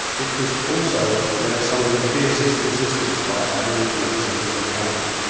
it was also where some of the fiercest resistance by aborigines was encountered.